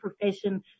profession